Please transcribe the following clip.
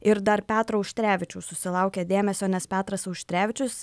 ir dar petro auštrevičiaus susilaukė dėmesio nes petras auštrevičius